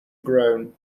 groan